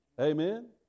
Amen